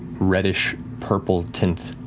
reddish-purple tint,